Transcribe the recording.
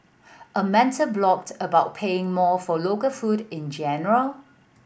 a mental block about paying more for local food in general